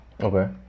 Okay